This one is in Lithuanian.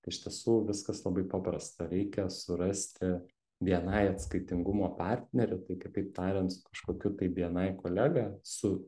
tai iš tiesų viskas labai paprasta reikia surasti bni atskaitingumo partnerį tai kitaip tariant su kažkokiu tai bni kolega su